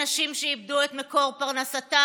אנשים שאיבדו את מקור פרנסתם,